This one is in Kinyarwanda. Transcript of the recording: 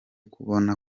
kubona